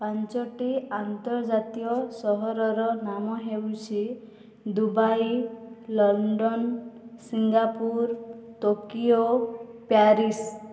ପାଞ୍ଚୋଟି ଆନ୍ତର୍ଜାତୀୟ ସହରର ନାମ ହେଉଛି Dubai London Singapore Tokyo Paris